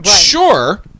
sure